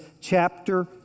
chapter